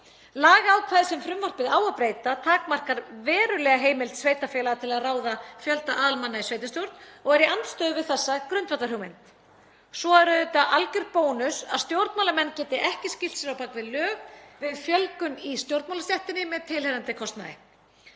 Lagaákvæðið sem frumvarpið á að breyta takmarkar verulega heimild sveitarfélaga til að ráða fjölda aðalmanna í sveitarstjórn og er í andstöðu við þessa grundvallarhugmynd. Svo er auðvitað alger bónus að stjórnmálamenn geti ekki skýlt sér á bak við lög við fjölgun í stjórnmálastéttinni með tilheyrandi kostnaði.